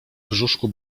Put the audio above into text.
brzuszku